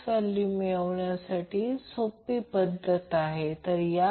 maximum power P सुद्धा मोजावा लागेल